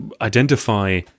identify